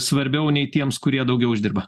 svarbiau nei tiems kurie daugiau uždirba